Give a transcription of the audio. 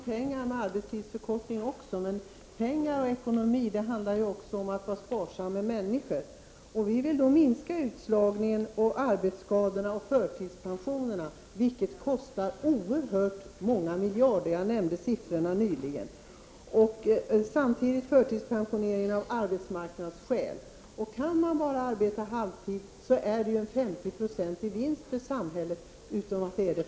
Herr talman! Arbetstidsförkortning handlar naturligtvis också om pengar och ekonomi. Men det handlar också om att vara sparsam med människor. Vi i miljöpartiet vill minska utslagningen, arbetsskadorna och antalet förtidspensionerade människor, vilket kostar oerhört många miljarder. Jag nämnde siffrorna nyligen. Jag vill även nämna förtidspensioneringen av arbetsmarknadsskäl. Om någon kan arbeta halvtid let för att förtidspensioneras, innebär det ju en 50-procentig vinst för samhället, förutom för den berörda.